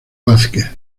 vásquez